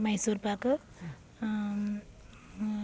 Mysore pak